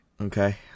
okay